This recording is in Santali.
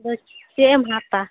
ᱵᱩᱡᱽ ᱪᱮᱫ ᱮᱢ ᱦᱟᱛᱟ